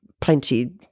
plenty